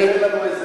ייתן לנו איזה,